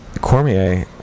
cormier